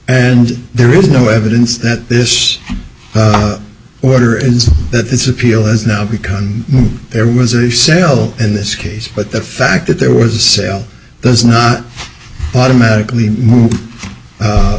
and there is no evidence that this order is that its appeal is now because there was a sale in this case but the fact that there was a sale does not automatically